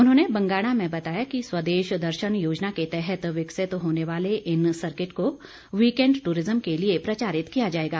उन्होंने बंगाणा में बताया कि स्वदेश दर्शन योजना के तहत विकसित होने वाले इन सर्किट को वीकेंड टूरिज़्म के लिए प्रचारित किया जाएगा